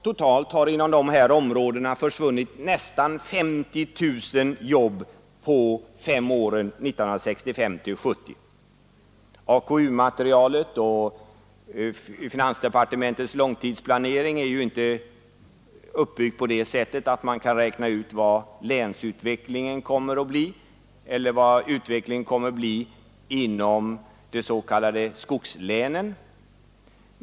Totalt har inom dessa områden försvunnit nästan 50 000 jobb under denna femårsperiod. AKU-materialet och finansdepartementets långtidsplanering är ju inte uppbyggda så att man kan räkna ut vad länsutvecklingen kommer att bli eller vad utvecklingen kommer att bli inom de s.k. skogslänen.